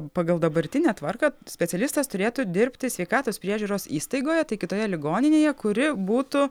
pagal dabartinę tvarką specialistas turėtų dirbti sveikatos priežiūros įstaigoje tai kitoje ligoninėje kuri būtų